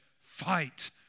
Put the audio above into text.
fight